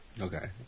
Okay